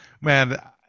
Man